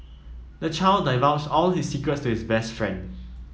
the child divulged all his secrets to his best friend